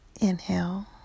inhale